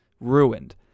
ruined